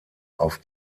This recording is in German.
auf